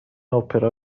اپرا